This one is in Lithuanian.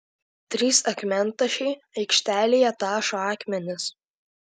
trys akmentašiai aikštelėje tašo akmenis